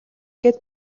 гээд